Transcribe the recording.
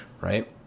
Right